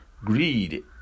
Greed